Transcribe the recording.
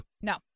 No